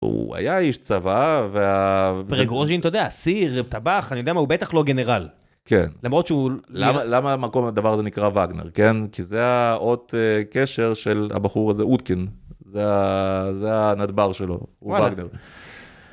הוא היה איש צבא, ורגורג'ין אתה יודע, אסיר, טבח, אני יודע מה, הוא בטח לא גנרל. למרות שהוא... למה המקום הדבר הזה נקרא וגנר, כן? כי זה האות הקשר של הבחור הזה, אודקין. זה הנדבר שלו, הוא וגנר.